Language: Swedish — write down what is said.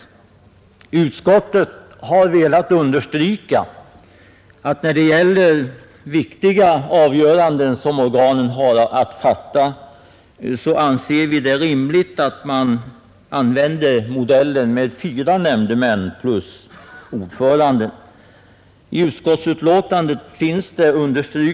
Inom utskottet har vi velat understryka att vi anser det rimligt att modellen med fyra nämndemän plus ordföranden användes vid viktiga avgöranden som organen har att fatta.